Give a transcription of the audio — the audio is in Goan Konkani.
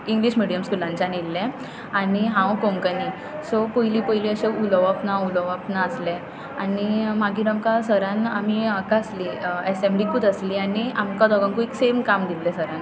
इंग्लीश मिडयम स्कुलानच्यान येयल्लें आनी हांव कोंकणी सो पयलीं पयलीं अशें उलोवप ना उलोवप नासलें आनी मागीर आमकां सरान आमी हाका आसलीं एसॅम्लीकूच आसलीं आनी आमकां दोगांकूय सेम काम दिल्लें सरान